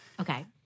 Okay